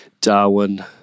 Darwin